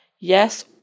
yes